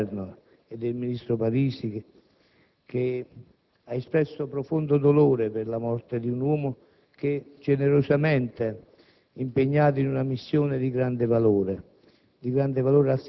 del Governo e del ministro Parisi, che ha espresso profondo dolore per la morte di un uomo generosamente impegnato in una missione di grande valore,